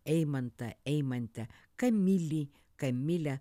eimantą eimantę kamilį kamilę